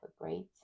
great